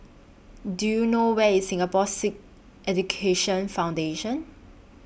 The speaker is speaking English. Do YOU know Where IS Singapore Sikh Education Foundation